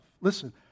Listen